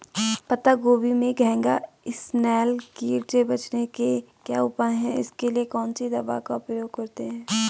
पत्ता गोभी में घैंघा इसनैल कीट से बचने के क्या उपाय हैं इसके लिए कौन सी दवा का प्रयोग करते हैं?